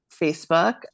Facebook